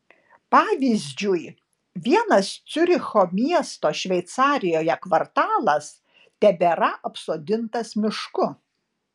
pavyzdžiui vienas ciuricho miesto šveicarijoje kvartalas tebėra apsodintas mišku